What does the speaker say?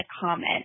comment